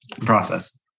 process